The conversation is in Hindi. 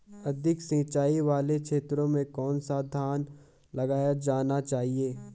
अधिक उँचाई वाले क्षेत्रों में कौन सा धान लगाया जाना चाहिए?